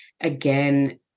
again